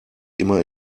immer